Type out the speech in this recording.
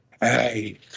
Hey